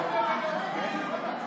בעד הכיסא שלך.